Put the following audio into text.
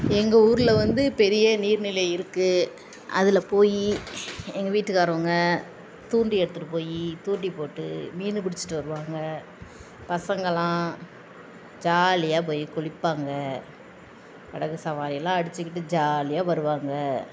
எங்கள் ஊரில் வந்து பெரிய நீர்நிலை இருக்குது அதில் போய் எங்கள் வீட்டுகாரங்க தூண்டி எடுத்துகிட்டு போய் தூண்டி போட்டு மீன் பிடிச்சிட்டு வருவாங்க பசங்களெலாம் ஜாலியாக போய் குளிப்பாங்க படகு சவாரியெலாம் அடிச்சுக்கிட்டு ஜாலியாக வருவாங்க